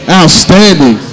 outstanding